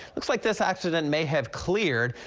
looks like this accident may have cleared.